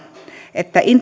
että